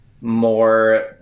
more